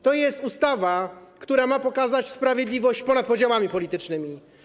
To jest ustawa, która ma pokazać sprawiedliwość ponad podziałami politycznymi.